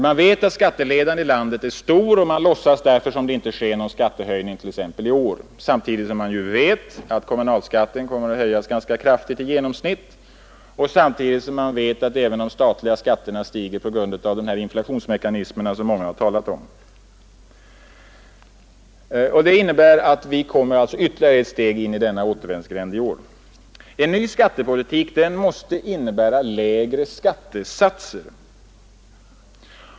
Man vet att skatteledan i landet är stor, och man låtsas därför som om det inte sker någon skattehöjning i år, samtidigt som man dock vet att kommunalskatten kommer att höjas ganska kraftigt i genomsnitt och samtidigt som man vet att de statliga skatterna stiger på grund av den inflationsmekanism som många redan talat om i dag. Det innebär att vi i år kommer ytterligare ett steg in i denna skatternas återvändsgränd. En ny skattepolitik måste innebära lägre skattesatser.